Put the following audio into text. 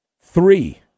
Three